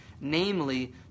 namely